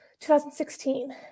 2016